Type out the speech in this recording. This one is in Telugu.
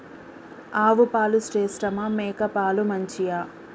ఆవు పాలు శ్రేష్టమా మేక పాలు మంచియా?